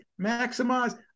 maximize